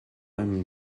einem